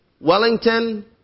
Wellington